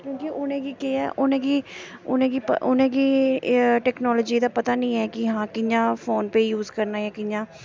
क्योंकि उ'नेंगी केह् ऐ उ'नेंगी उ'नेंगी उ'नेंगी टैकनोलजी दा पता निं ऐ कि हां कि'यां फोन पे यूज करना ऐ कियां